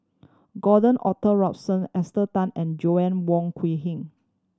Gordon Arthur Ransome Esther Tan and Joanna Wong Quee Heng